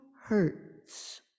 hurts